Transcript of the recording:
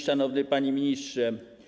Szanowny Panie Ministrze!